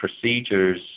procedures